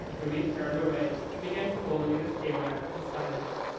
ruby turned away, and began pulling at his hayrack in silence.